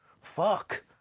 Fuck